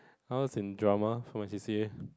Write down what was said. I was in drama for my C_C_A